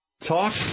Talk